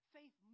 Faith